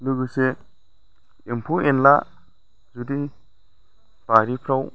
लोगोसे एम्फौ एन्ला जुदि बारिफ्राव